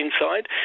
inside